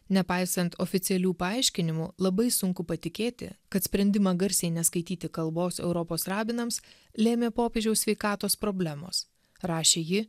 nepaisant oficialių paaiškinimų labai sunku patikėti kad sprendimą garsiai neskaityti kalbos europos rabinams lėmė popiežiaus sveikatos problemos rašė ji